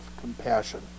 compassion